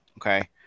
Okay